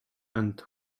and